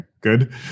good